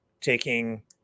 taking